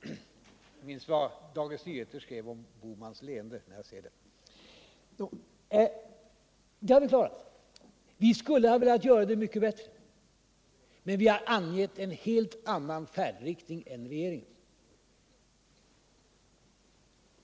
Jag minns vad Dagens Nyheter skrev om Bohmans leende, när jag ser det. Vi skulle ha velat göra alternativet ännu mycket bättre, men vi har med det i alla fall angett en annan färdriktning än regeringens.